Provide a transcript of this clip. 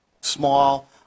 small